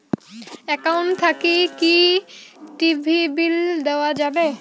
Account থাকি কি TV bill দেওয়া যাবে?